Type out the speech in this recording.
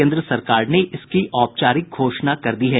केन्द्र सरकार ने इसकी औपचारिक घोषणा कर दी है